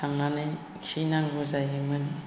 थांनानै खिहैनांगौ जायोमोन